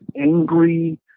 angry